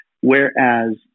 Whereas